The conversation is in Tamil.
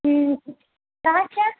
ம் திராட்சை